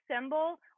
symbol